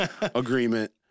agreement